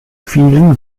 vielen